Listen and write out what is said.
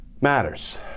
matters